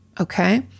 Okay